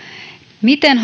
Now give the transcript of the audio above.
miten